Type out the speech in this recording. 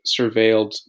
surveilled